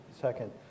Second